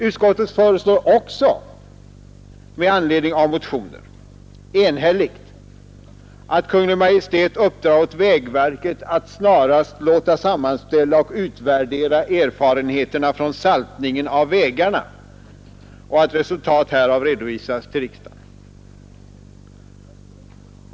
Utskottet föreslår också enhälligt med anledning av motioner att Kungl. Maj:t uppdrar åt vägverket att snarast låta sammanställa och utvärdera erfarenheterna från saltningen av vägarna och att resultatet härav redovisas för riksdagen.